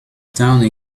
town